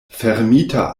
fermita